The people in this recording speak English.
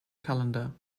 calendar